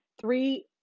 three